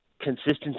Consistency